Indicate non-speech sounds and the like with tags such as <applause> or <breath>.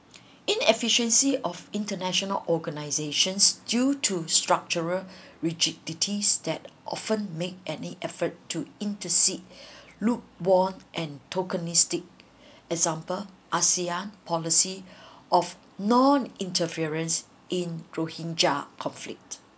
inefficiency of international organisations due to structural <breath> rigidities that often make any effort to intercede <breath> looked worn and tokenistic <breath> example asean policy <breath> of non interference in rohingya conflict